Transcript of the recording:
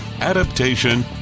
adaptation